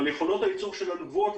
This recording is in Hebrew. אבל יכולת הייצור שלנו גבוהות,